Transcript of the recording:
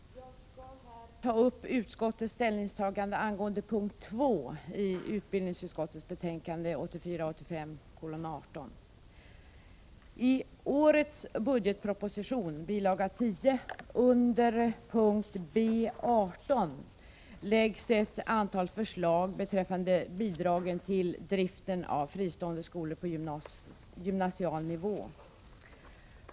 Herr talman! Jag skall här ta upp utskottets ställningstagande angående punkt 2 i utbildningsutskottets betänkande 1984/85:18.